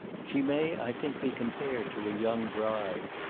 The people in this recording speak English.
she may, i think, be compared to a young bride,